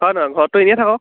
হয় নহয় ঘৰতটো এনেই থাক